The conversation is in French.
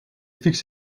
fixe